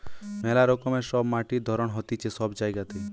মেলা রকমের সব মাটির ধরণ হতিছে সব জায়গাতে